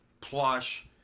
plush